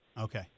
Okay